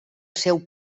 seu